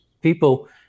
People